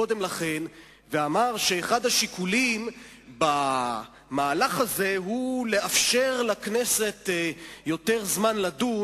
ואמר שאחד השיקולים במהלך הזה הוא לאפשר לכנסת יותר זמן לדון.